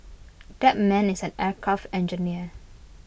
that man is an aircraft engineer